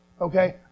Okay